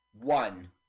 One